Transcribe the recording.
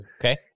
Okay